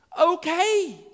Okay